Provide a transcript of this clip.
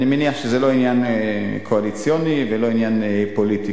אני מניח שזה לא עניין קואליציוני ולא עניין פוליטי.